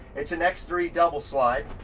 it's an x three double slide.